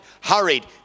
hurried